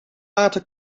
water